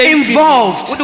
involved